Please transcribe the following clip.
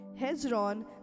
Hezron